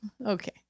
Okay